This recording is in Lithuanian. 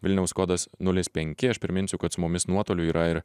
vilniaus kodas nulis penki aš priminsiu kad su mumis nuotoliu yra ir